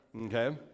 okay